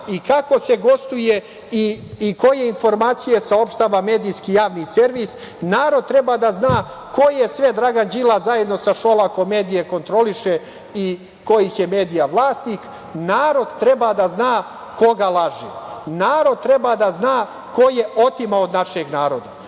i kako se gostuje i koje informacije saopštava medijski javni servis. Narod treba da zna koje sve Dragan Đilas, zajedno sa Šolakom, medije kontroliše i kojih je medija vlasnik. Narod treba da zna koga laže. Narod treba da zna ko je otimao od našeg naroda,